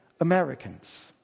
americans